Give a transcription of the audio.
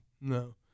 No